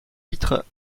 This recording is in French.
vitres